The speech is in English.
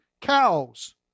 cows